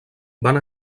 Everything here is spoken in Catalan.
van